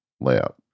layout